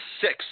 six